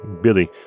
Billy